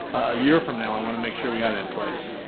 a year from now, i wanna make sure we got it in place,